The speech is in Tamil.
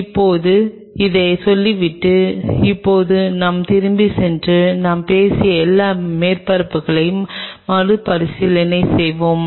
இப்போது இதைச் சொல்லிவிட்டு இப்போது நாம் திரும்பிச் சென்று நாம் பேசிய எல்லா மேற்பரப்புகளையும் மறுபரிசீலனை செய்வோம்